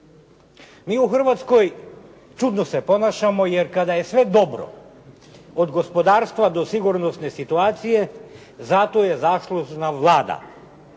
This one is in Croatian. Mi u Hrvatskoj čudno se ponašamo jer kada je sve dobro od gospodarstva do sigurnosne situacije zato je zaslužna Vlada.